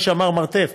מישהו אמר מרתף,